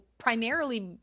primarily